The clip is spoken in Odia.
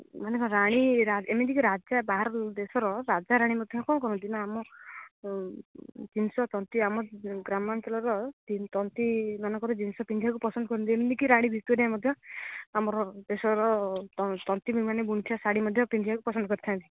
ମାନେ ରାଣୀ ଏମିତି କି ରାଜା ବାହାର ଦେଶର ରାଜା ରାଣୀ ମଧ୍ୟ କ'ଣ କରନ୍ତି ନା ଆମ ଜିନିଷ ତନ୍ତୀ ଆମ ଗ୍ରାମାଞ୍ଚଳର ତନ୍ତୀମାନଙ୍କର ଜିନିଷ ପିନ୍ଧିବାକୁ ପସନ୍ଦ କରନ୍ତି ଏମିତି କି ରାଣୀ ଭିକ୍ଟୋରିଆ ମଧ୍ୟ ଆମର ଦେଶର ତନ୍ତୀ ମାନେ ବୁଣିଥିବା ଶାଢ଼ୀ ମଧ୍ୟ ପିନ୍ଧିବାକୁ ପସନ୍ଦ କରିଥାନ୍ତି